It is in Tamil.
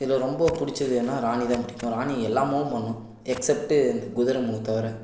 இதில் ரொம்ப பிடிச்சது எதுன்னால் ராணி தான் பிடிக்கும் ராணி எல்லா மூவ்வும் பண்ணும் எக்ஸப்ட்டு அந்த குதிரை மூவ் தவிர